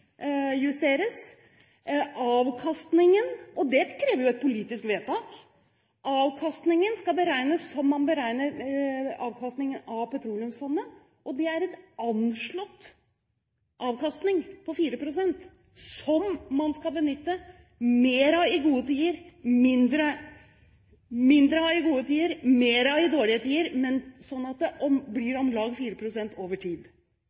hvis avkastningen skal prisjusteres, og det krever jo et politisk vedtak. Avkastningen skal beregnes som man beregner avkastningen av Petroleumsfondet. Det er en anslått avkastning på 4 pst. som man skal benytte mindre av i gode tider og mer av i dårlige tider, men sånn at det over tid